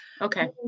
Okay